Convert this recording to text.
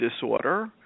disorder